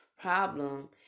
problem